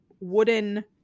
wooden